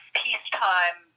peacetime